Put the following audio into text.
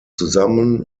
zusammen